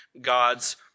God's